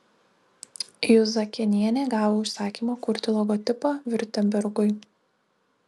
juzakėnienė gavo užsakymą kurti logotipą viurtembergui